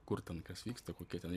kur ten kas vyksta kokie tenai